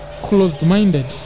closed-minded